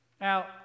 Now